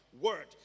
Word